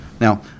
Now